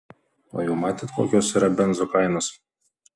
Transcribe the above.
o jau matėt kokios yra benzo kainos